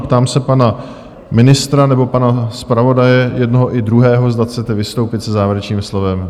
Ptám se pana ministra nebo pana zpravodaje, jednoho i druhého, zda chcete vystoupit se závěrečným slovem?